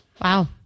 Wow